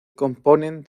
componen